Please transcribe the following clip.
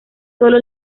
sólo